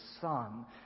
Son